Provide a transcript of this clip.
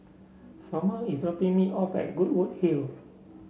Somer is dropping me off at Goodwood Hill